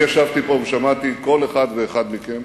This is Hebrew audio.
אני ישבתי פה ושמעתי כל אחד ואחד מכם